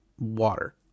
water